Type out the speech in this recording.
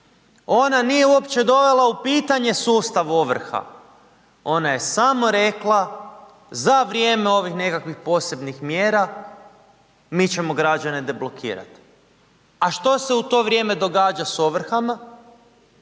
Ona nije uopće dovela u pitanje sustav ovrha, ona je samo rekla za vrijeme ovih nekakvih posebnih mjera mi ćemo građane deblokirati. A što se u to vrijeme događa s ovrhama,